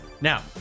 now